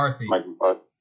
McCarthy